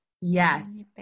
Yes